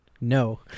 No